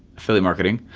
for the marketing.